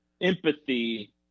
empathy